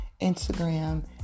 Instagram